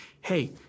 hey